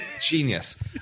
genius